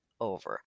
over